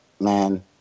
man